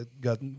got